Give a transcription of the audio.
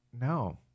no